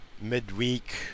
midweek